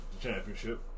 championship